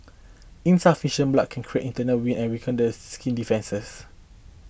insufficient blood can create internal wind and weaken the skin's defences